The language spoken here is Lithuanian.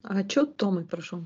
ačiū tomai prašau